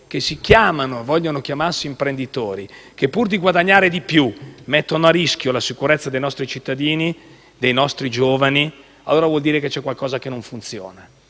che vogliono chiamarsi imprenditori, i quali, pur di guadagnare di più, mettono a rischio la sicurezza dei nostri cittadini e giovani e ciò vuol dire che c'è qualcosa che non funziona;